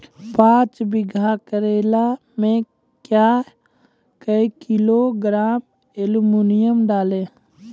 पाँच बीघा करेला मे क्या किलोग्राम एलमुनियम डालें?